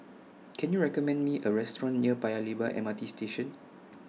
Can YOU recommend Me A Restaurant near Paya Lebar M R T Station